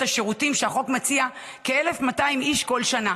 השירותים שהחוק מציע כ-1,200 איש בכל שנה.